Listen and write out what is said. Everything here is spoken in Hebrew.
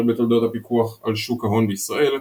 בתולדות הפיקוח על שוק ההון בישראל,